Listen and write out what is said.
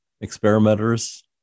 experimenters